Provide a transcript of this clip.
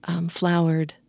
um flowered,